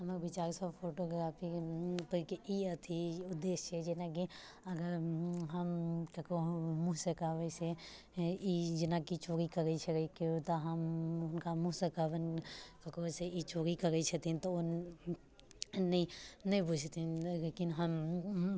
हमरा विचारसँ फोटोग्राफीपर कऽ ई अथी उद्देश्य छै जेनाकि अगर हम ककरो मुँहसँ कहबै से ई जेनाकि चोरी करै छलै केओ तऽ हम हुनका मुँहसँ कहबनि ककरोसँ ई चोरी करै छथिन तऽ ओ नहि ने बुझथिन लेकिन हम